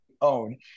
own